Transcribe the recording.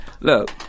look